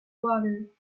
water